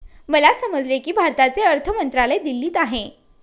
मला समजले की भारताचे अर्थ मंत्रालय दिल्लीत आहे